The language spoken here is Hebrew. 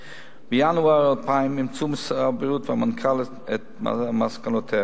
ובינואר 2000 אימצו שר הבריאות והמנכ"ל את מסקנותיה.